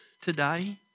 today